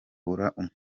wahuye